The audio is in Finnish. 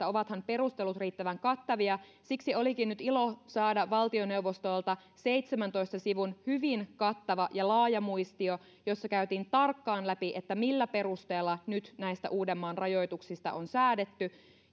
ovathan perustelut riittävän kattavia siksi olikin nyt ilo saada valtioneuvostolta seitsemäntoista sivun hyvin kattava ja laaja muistio jossa käytiin tarkkaan läpi millä perusteella nyt näistä uudenmaan rajoituksista on säädetty